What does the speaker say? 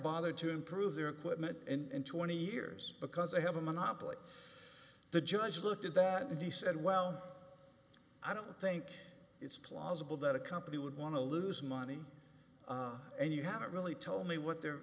bothered to improve their equipment in twenty years because they have a monopoly the judge looked at that and he said well i don't think it's plausible that a company would want to lose money and you haven't really told me what their